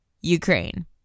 Ukraine